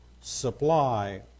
supply